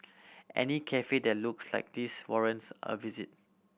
any cafe that looks like this warrants a visit